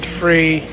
free